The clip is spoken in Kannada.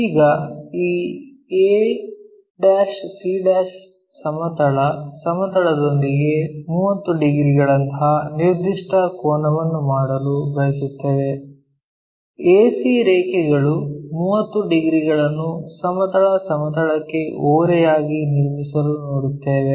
ಈಗ ಈ a'c' ಸಮತಲ ಸಮತಲದೊಂದಿಗೆ 30 ಡಿಗ್ರಿಗಳಂತಹ ನಿರ್ದಿಷ್ಟ ಕೋನವನ್ನು ಮಾಡಲು ಬಯಸುತ್ತೇವೆ AC ರೇಖೆಗಳು 30 ಡಿಗ್ರಿಗಳನ್ನು ಸಮತಲ ಸಮತಲಕ್ಕೆ ಓರೆಯಾಗಿ ನಿರ್ಮಿಸಲು ನೋಡುತ್ತೇವೆ